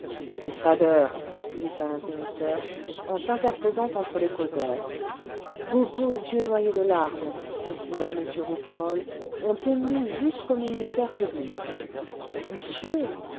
des fadeurs glissa l'interrupteur en s'interposant entre les causeurs vos beaux yeux noyés de larmes continua m rouquayrol ont ému jusqu'au ministère public monsieur